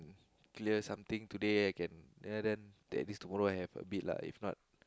clear something today then I can then then at least tomorrow I have a bit lah if not